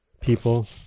people